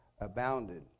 abounded